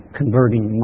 converting